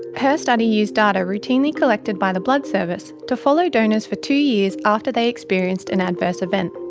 her study used data routinely collected by the blood service to follow donors for two years after they experienced an adverse event.